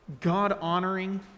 God-honoring